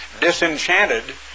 disenchanted